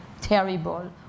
terrible